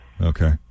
Okay